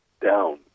down